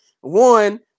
One